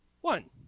One